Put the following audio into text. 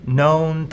known